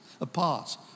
Apart